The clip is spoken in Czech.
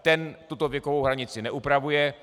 Ten tuto věkovou hranici neupravuje.